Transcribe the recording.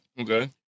Okay